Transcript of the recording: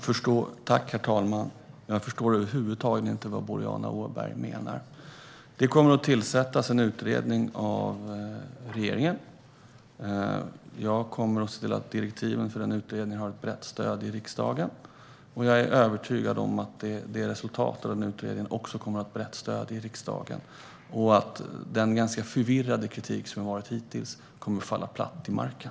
Herr talman! Jag förstår över huvud taget inte vad Boriana Åberg menar. Det kommer att tillsättas en utredning av regeringen. Jag kommer att se till att direktiven för denna utredning har brett stöd i riksdagen. Jag är övertygad om att resultatet av utredningen också kommer att ha brett stöd i riksdagen och att den ganska förvirrade kritik som har förekommit hittills kommer att falla platt till marken.